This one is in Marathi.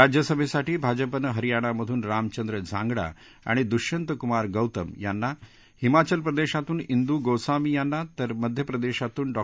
राज्यसभेसाठी भाजपानं हरियाणामधून रामचंद्र झांगडा आणि दुष्यंत कुमार गौतम यांना हिमाचल प्रदेशातून उदू गौस्वामी यांना तर मध्यप्रदेशातून डॉ